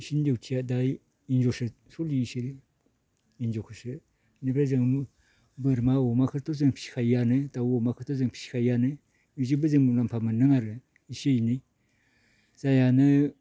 इसिनि डिउथिया दायो बेल'सै ओमफ्राय जोङो बोरमा अमाखोथ' जों फिखायोआनो दाउ अमाखोथ' जों फिखायोआनो बेजों जों मुलाम्फा मोन्दों आरो इसे इनै जायानो